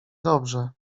dobrze